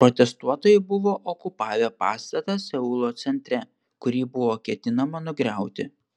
protestuotojai buvo okupavę pastatą seulo centre kurį buvo ketinama nugriauti